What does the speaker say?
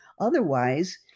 Otherwise